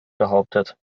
behauptet